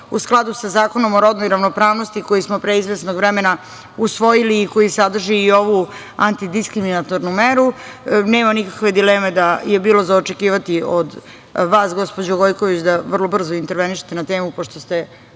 u skladu sa Zakonom o rodnoj ravnopravnosti, koji smo pre izvesnog vremena usvojili i koji sadrži i ovu antidiskriminatornu meru. Nema nikakve dileme da je bilo za očekivati od vas, gospođo Gojković, da vrlo brzo intervenišete na temu pošto ste